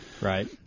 right